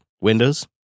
Windows